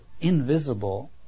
invisible